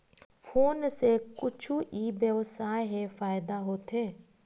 Phone से कुछु ई व्यवसाय हे फ़ायदा होथे?